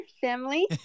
family